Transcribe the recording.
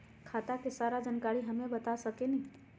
खाता के सारा जानकारी हमे बता सकेनी?